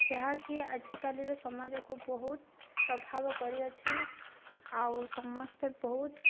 ଯାହାକି ଆଜିକାଲିର ସମାଜକୁ ବହୁତ ପ୍ରଭାବ କରିଅଛି ଆଉ ସମସ୍ତେ ବହୁତ